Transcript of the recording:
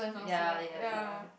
ya ya ya